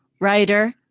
writer